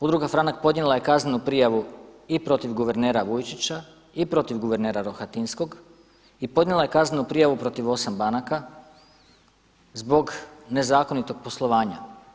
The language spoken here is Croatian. Udruga „Franak“ podnijela je kaznenu prijavu i protiv guvernera Vujčića, i protiv guvernera Rohatinskog i podnijela je kaznenu prijavu protiv 8 banaka zbog nezakonitog poslovanja.